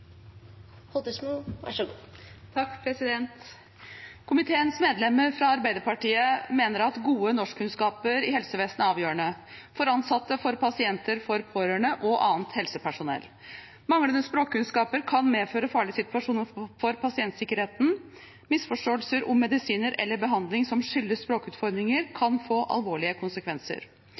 avgjørende: for ansatte, for pasientene, for pårørende og annet helsepersonell. Manglende språkkunnskaper kan medføre farlige situasjoner for pasientsikkerheten. Misforståelser om medisiner eller behandling som skyldes språkutfordringer, kan få alvorlige konsekvenser.